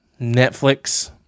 Netflix